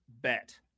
bet